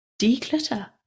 declutter